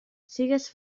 sigues